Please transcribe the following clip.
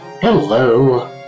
Hello